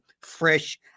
fresh